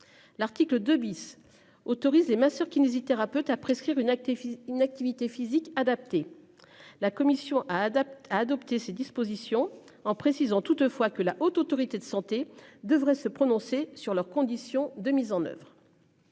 L'article 2 bis autorise les masseurs kinésithérapeutes à prescrire une acté une activité physique adaptée. La Commission à adapter à adopter ces dispositions, en précisant toutefois que la Haute Autorité de Santé devrait se prononcer sur leurs conditions de mise en oeuvre.